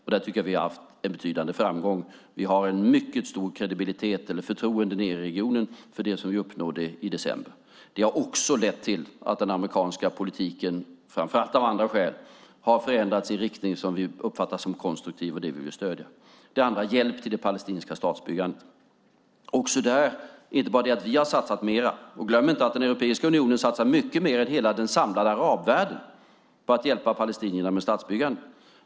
Där tycker jag att vi har haft en betydande framgång. Vi har en mycket stor kredibilitet eller förtroende nere i regionen för det som vi uppnådde i december. Det har också lett till att den amerikanska politiken, framför allt av andra skäl, har förändrats i en riktning som vi uppfattar som konstruktiv. Det vill vi stödja. Den andra linjen är hjälp till det palestinska statsbyggandet. Det är inte bara det att vi har satsat mer, utan man ska inte glömma att den europeiska unionen satsar mycket mer än hela den samlade arabvärlden på att hjälpa palestinierna med statsbyggandet.